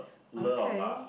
okay